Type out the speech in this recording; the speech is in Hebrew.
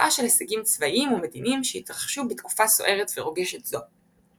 תוצאה של הישגים צבאיים ומדיניים שהתרחשו בתקופה סוערת ורוגשת זו.